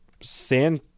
sand